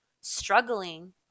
struggling